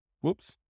Whoops